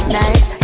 night